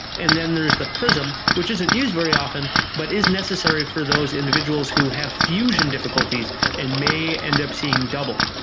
and the there's the prism which isn't used very often, but is necessary for those individuals who have fusion difficulties and may end up seeing double.